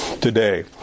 today